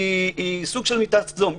היא סוג של מיטת סדום.